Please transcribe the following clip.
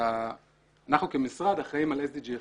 אנחנו כמשרד אחראים על SDG11,